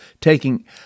taking